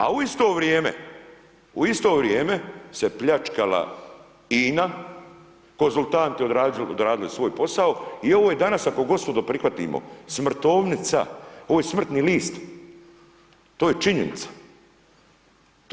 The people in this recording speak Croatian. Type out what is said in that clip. A u isto vrijeme, u isto vrijeme se pljačkala INA, konzultanti odradili svoj posao i ovo je danas ako gospodo prihvatimo smrtovnica, ovo je smrtni list, to je činjenica.